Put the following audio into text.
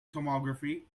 tomography